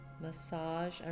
massage